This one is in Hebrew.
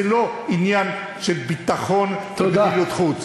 זה לא עניין של ביטחון ומדיניות חוץ.